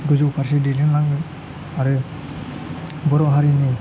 गोजौ फारसे दैदेनलांनो आरो बर' हारिनि